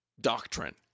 doctrine